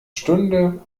stunde